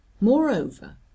Moreover